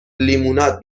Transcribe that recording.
لیموناد